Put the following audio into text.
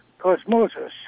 Cosmosis